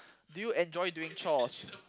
do you enjoy doing chores